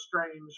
strange